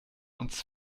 uns